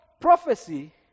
prophecy